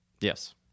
Yes